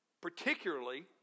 Particularly